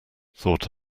thought